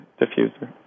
diffuser